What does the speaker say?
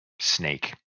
snake